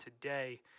today